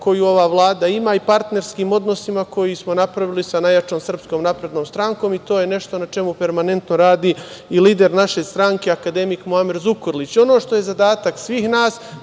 koju ova Vlada ima i partnerskim odnosima koje smo napravili sa najjačom Srpskom naprednom strankom i to je nešto na čemu permanentno radi i lider naše stranke akademik Muamer Zukorlić. Ono što je zadatak svih nas